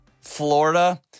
Florida